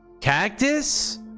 cactus